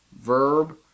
Verb